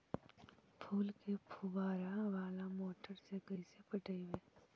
फूल के फुवारा बाला मोटर से कैसे पटइबै?